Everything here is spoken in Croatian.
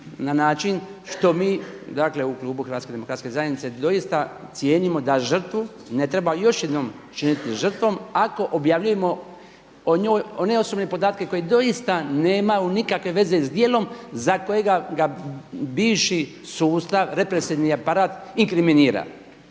na način što mi, dakle u klubu Hrvatske demokratske zajednice doista cijenimo da žrtvu ne treba još jednom činiti žrtvom ako objavljujemo o njoj ne osobne podatke koji doista nemaju nikakve veze s djelom za kojega ga bivši sustav, represivni aparat inkriminira.